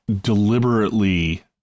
deliberately